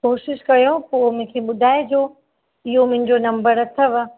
कोशिशि कयो पोइ मूंखे ॿुधाइजो इहो मुंहिंजो नंबर अथव